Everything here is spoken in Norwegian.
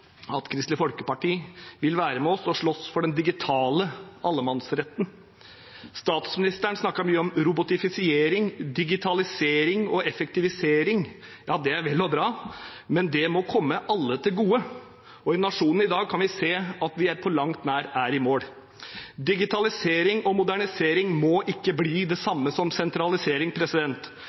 at Kristelig Folkeparti vil være med oss og slåss for den digitale allemannsretten. Statsministeren snakket mye om robotifisering, digitalisering og effektivisering. Det er vel og bra, men det må komme alle til gode. I Nationen i dag kan vi se at vi på langt nær er i mål. Digitalisering og modernisering må ikke bli det samme som sentralisering.